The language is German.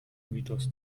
mythos